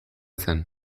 zen